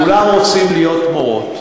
כולן רוצות להיות מורות,